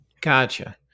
gotcha